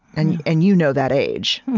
and and you know that age